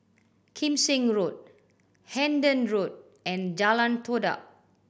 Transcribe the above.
Kim Seng Road Hendon Road and Jalan Todak